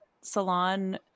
Salon